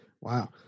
Wow